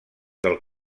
del